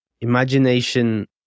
imagination